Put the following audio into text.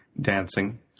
dancing